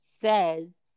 says